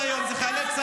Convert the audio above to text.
אתה כנראה עם ראש קטן.